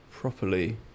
properly